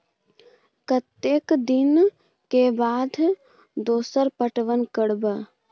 कतेक दिन के बाद दोसर पटवन करब?